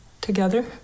together